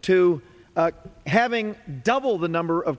to having double the number of